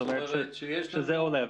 זאת אומרת שזה עולה.